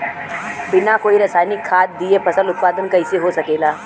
बिना कोई रसायनिक खाद दिए फसल उत्पादन कइसे हो सकेला?